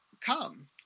come